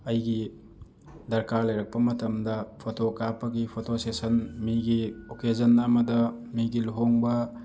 ꯑꯩꯒꯤ ꯗꯔꯀꯥꯔ ꯂꯩꯔꯛꯄ ꯃꯇꯝꯗ ꯐꯣꯇꯣ ꯀꯥꯞꯄꯒꯤ ꯐꯣꯇꯣ ꯁꯦꯁꯟ ꯃꯤꯒꯤ ꯑꯣꯀꯦꯖꯟ ꯑꯃꯗ ꯃꯤꯒꯤ ꯂꯨꯍꯣꯡꯕ